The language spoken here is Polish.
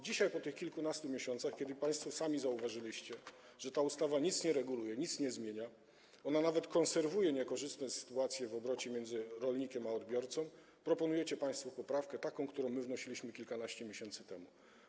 Dzisiaj, po tych kilkunastu miesiącach, kiedy państwo sami zauważyliście, że ta ustawa nic nie reguluje, nic nie zmienia, a nawet konserwuje niekorzystne sytuacje w obrocie między rolnikiem a odbiorcą, proponujecie państwo poprawkę, którą my zgłaszaliśmy kilkanaście miesięcy temu.